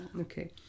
Okay